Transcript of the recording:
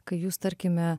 kai jūs tarkime